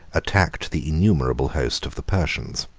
attacked the innumerable host of the persians.